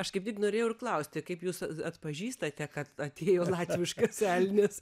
aš kaip tik norėjau ir klausti kaip jūs at atpažįstate kad atėjo latviškas elnias